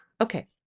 okay